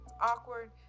awkward